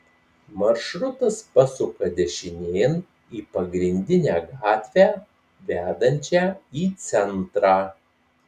maršrutas pasuka dešinėn į pagrindinę gatvę vedančią į centrą